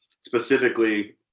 specifically